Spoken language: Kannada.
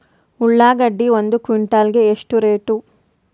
ಉಳ್ಳಾಗಡ್ಡಿ ಒಂದು ಕ್ವಿಂಟಾಲ್ ಗೆ ಎಷ್ಟು ರೇಟು?